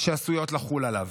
שעשויות לחול עליו.